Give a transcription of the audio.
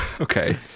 Okay